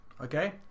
okay